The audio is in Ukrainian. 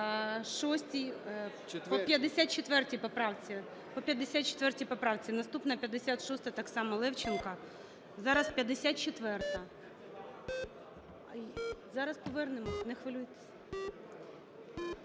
По 54 поправці. Наступна 56-а, так само Левченка. Зараз 54-а. Зараз повернемось, не хвилюйтесь.